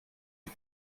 ait